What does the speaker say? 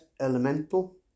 elemental